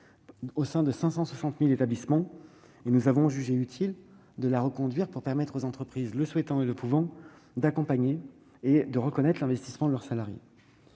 au sein de 560 000 établissements. Nous avons jugé utile de la reconduire pour permettre aux entreprises le souhaitant et le pouvant d'accompagner et de reconnaître l'investissement de leurs salariés.